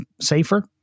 safer